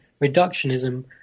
reductionism